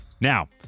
Now